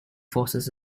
forces